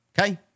okay